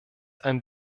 ein